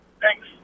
Thanks